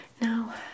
Now